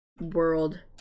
world